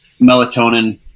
melatonin